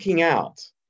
out